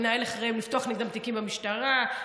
לפתוח נגדם תיקים במשטרה.